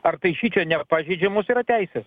ar tai šičia nepažeidžiamos yra teisės